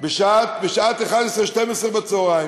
בשעה 11:00 12:00,